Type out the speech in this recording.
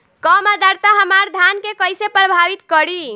कम आद्रता हमार धान के कइसे प्रभावित करी?